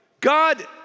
God